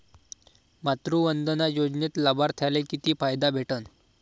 मातृवंदना योजनेत लाभार्थ्याले किती फायदा भेटन?